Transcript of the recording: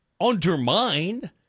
undermine